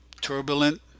turbulent